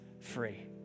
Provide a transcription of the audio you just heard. free